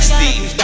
Steve